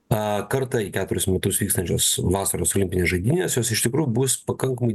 kartą į keturis metus vykstančios vasaros olimpinės žaidynės jos iš tikrųjų bus pakankamai